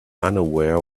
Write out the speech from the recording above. unaware